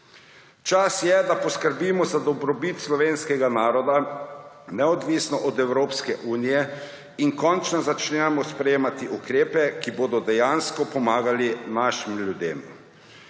Čas je, da poskrbimo za dobrobit slovenskega naroda neodvisno od Evropske unije in končno začnemo sprejemati ukrepe, ki bodo dejansko pomagali našim ljudem.